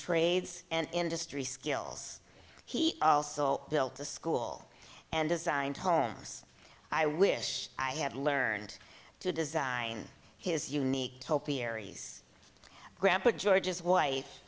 trades and industry skills he also built a school and designed homes i wish i had learned to design his unique topiaries grampa george's wife